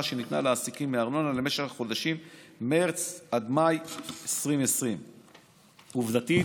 שניתנה לעסקים מארנונה למשך החודשים מרץ עד מאי 2020. עובדתית,